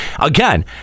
Again